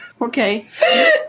okay